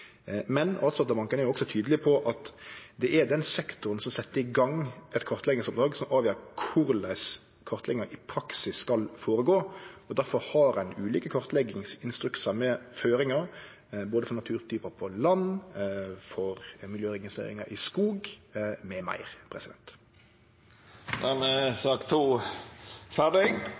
Men Artsdatabanken er også tydeleg på at det er den sektoren som set i gang eit kartleggingsoppdrag, som avgjer korleis kartlegginga i praksis skal gå føre seg, og difor har ein ulike kartleggingsinstruksar med føringar både for naturtypar på land, for miljøregistreringar i skog, m.m. Dermed er sak nr. 2 ferdig.